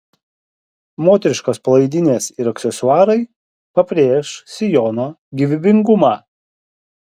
moteriškos palaidinės ir aksesuarai pabrėš sijono gyvybingumą